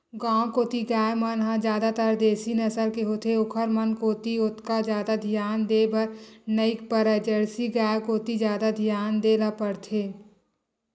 गांव कोती गाय मन ह जादातर देसी नसल के होथे ओखर मन कोती ओतका जादा धियान देय बर नइ परय जरसी गाय कोती जादा धियान देय ल परथे